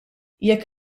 jekk